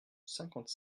cinquante